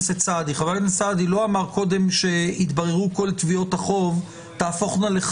האסיפה, ועכשיו אנחנו דנים בתביעת החוב ובהחלטה